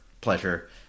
pleasure